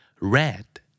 Red